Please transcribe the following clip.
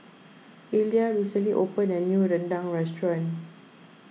Illya recently opened a new Rendang restaurant